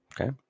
Okay